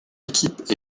équipe